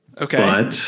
Okay